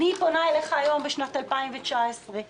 אני פונה אליך היום בשנת 2019. אני